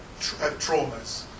traumas